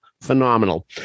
Phenomenal